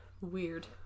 weird